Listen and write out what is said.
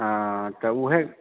हँऽ तऽ उहे